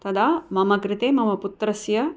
तदा मम कृते मम पुत्रस्य